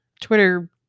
Twitter